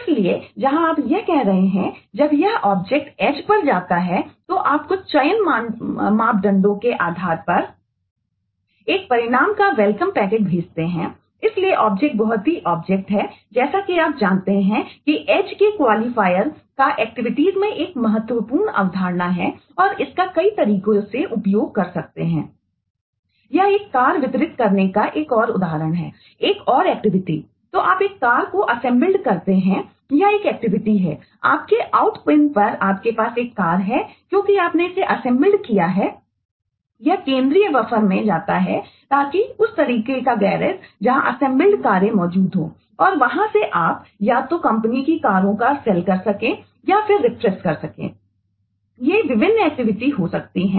इसलिए जहां आप यह कह रहे हैं कि जब यह ऑब्जेक्ट एजमें एक महत्वपूर्ण अवधारणा है और इसका कई तरीकों से उपयोग किया जा सकता है